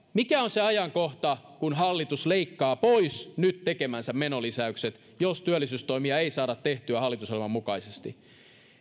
mikä on se ajankohta kun hallitus leikkaa pois nyt tekemänsä menolisäykset jos työllisyystoimia ei saada tehtyä hallitusohjelman mukaisesti